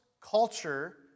culture